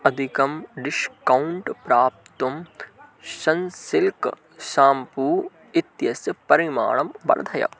अधिकं डिश्कौण्ट् प्राप्तुं Sunsilk shampoo इत्यस्य परिमाणं वर्धय